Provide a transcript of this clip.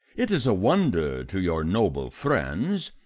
it is a wonder to your noble friends,